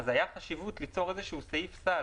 ולכן הייתה חשיבות ליצור סעיף סל,